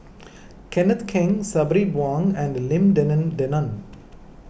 Kenneth Keng Sabri Huang and Lim Denan Denon